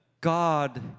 God